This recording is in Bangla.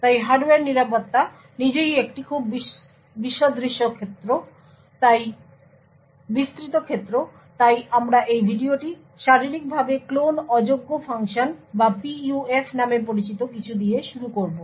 তাই হার্ডওয়্যার নিরাপত্তা নিজেই একটি খুব বিস্তৃত ক্ষেত্র তাই আমরা এই ভিডিওটি শারীরিকভাবে ক্লোন অযোগ্য ফাংশন বা PUF নামে পরিচিত কিছু দিয়ে শুরু করব